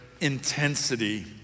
intensity